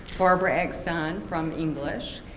barbara eckstein from english.